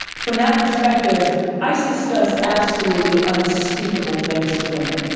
from that perspective, isis does absolutely unspeakable things to women.